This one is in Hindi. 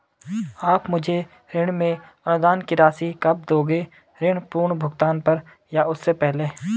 आप मुझे ऋण में अनुदान की राशि कब दोगे ऋण पूर्ण भुगतान पर या उससे पहले?